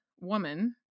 woman